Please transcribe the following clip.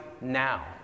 now